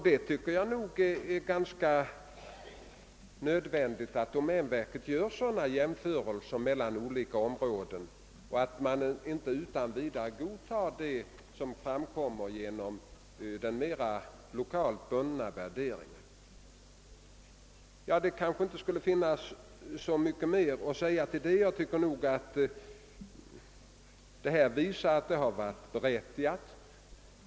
Det är enligt min mening ganska nödvändigt att domänverket gör sådana jämförelser mellan olika områden och att man inte utan vidare godtar det som framkommer genom den mera lokalt bundna värderingen. Det skulle kanske inte finnas så mycket mera att säga om dessa saker, men det framgår att de vidtagna åtgärderna varit berättigade.